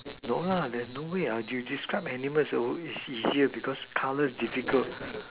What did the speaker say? no lah there's no way describe animals it's easier because colours difficult